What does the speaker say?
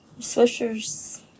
Swishers